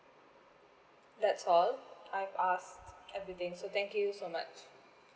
that's all I've asked everything so thank you so much